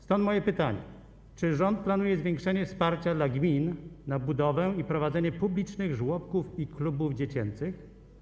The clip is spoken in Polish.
Stąd moje pytanie: Czy rząd planuje zwiększenie wsparcia dla gmin na budowę i prowadzenie publicznych żłobków i klubów dziecięcych?